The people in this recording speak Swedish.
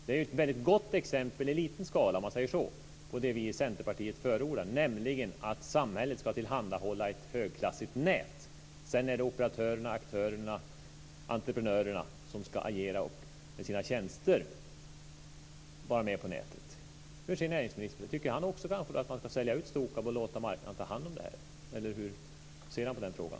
Det är ett gott exempel i liten skala, om man säger så, på det som vi i Centerpartiet förordar - nämligen att samhället ska tillhandahålla ett högklassigt nät. Sedan är det operatörerna, aktörerna och entreprenörerna som ska agera och med sina tjänster vara med på nätet. Hur ser näringsministern på det? Tycker han kanske också att man ska sälja ut Stokab och låta marknaden ta hand om detta? Eller hur ser han på den frågan?